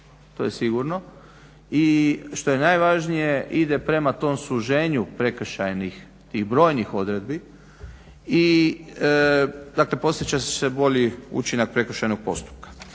to je sigurno. I što je najvažnije ide prema tom suženju prekršajnih tih brojnih odredbi. Dakle, postić će se bolji učinak prekršajnog postupka.